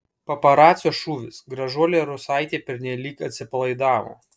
paparacio šūvis gražuolė rusaitė pernelyg atsipalaidavo